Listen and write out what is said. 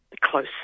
close